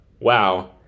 wow